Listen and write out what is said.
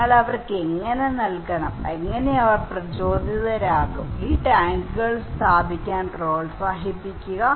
ഞങ്ങൾ അവർക്ക് എങ്ങനെ നൽകണം അങ്ങനെ അവർ പ്രചോദിതരാകും ഈ ടാങ്കുകൾ സ്ഥാപിക്കാൻ പ്രോത്സാഹിപ്പിക്കുക